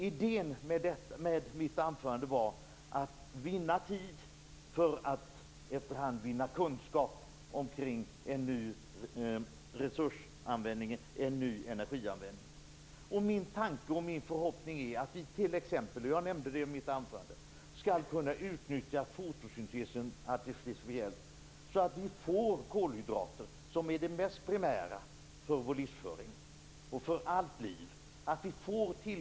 Idén med mitt anförande var att vinna tid för att efterhand vinna kunskap kring en ny resurs och energianvändning. Min tanke och min förhoppning är - som jag nämnde i mitt anförande - att vi skall kunna utnyttja fotosyntesen artificiellt så att vi i ökad omfattning får tillgång till kolhydrater som är det mest primära för vår livsföring och för allt liv.